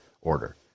order